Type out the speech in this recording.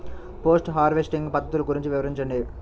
Post harvesting పద్ధతులు గురించి వివరించండి?